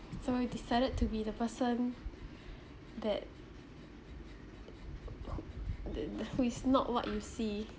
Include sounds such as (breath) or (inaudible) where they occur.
so I decided to be the person (breath) that (noise) who the the who is not what you see